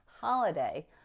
Holiday